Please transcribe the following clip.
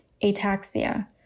ataxia